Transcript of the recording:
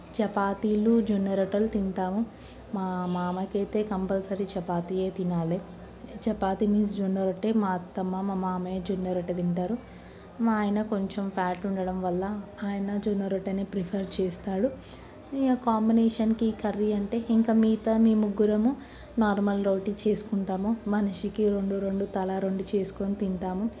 చపాతీలు జొన్న రొట్టెలు తింటాము మా మామకైతే కంపల్సరీ చపాతీయే తినాలి చపాతి మీన్స్ జొన్న రొట్టె మా అత్తమ్మ మా మామయ్య జొన్న రొట్టె తింటారు మా ఆయన కొంచెం ఫ్యాట్ ఉండడం వల్ల ఆయన జొన్న రొట్టెనే ప్రిపేర్ చేస్తాడు ఇంకా కాంబినేషన్కి ఇంకా కర్రీ అంతే ఇంకా మిగతా మేము ముగ్గురము నార్మల్ రోటి చేసుకుంటాము మనిషికి రెండు రెండు తలా రెండు చేసుకుని తింటాము